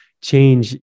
change